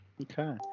Okay